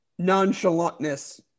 nonchalantness